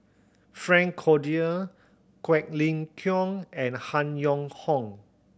Frank Cloutier Quek Ling Kiong and Han Yong Hong